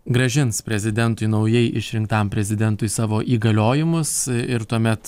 grąžins prezidentui naujai išrinktam prezidentui savo įgaliojimus ir tuomet